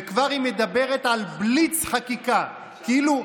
וכבר היא מדברת על בליץ חקיקה, כאילו,